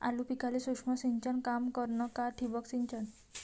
आलू पिकाले सूक्ष्म सिंचन काम करन का ठिबक सिंचन?